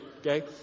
Okay